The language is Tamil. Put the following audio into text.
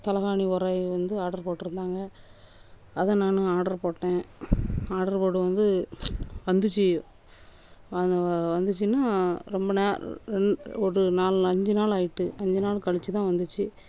தலைகாணி உரை வந்து ஆர்டர் போட்டுருந்தாங்க அதை நான் ஆர்டர் போட்டேன் ஆர்டர் போட்டு வந்து வந்துச்சு அது வந்து வந்துச்சுன்னா ரொம்ப நே ஒரு நால் அஞ்சு நாள் ஆயிட்டு அஞ்சு நாள் கழிச்சு தான் வந்துச்சு